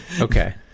okay